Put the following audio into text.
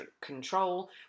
control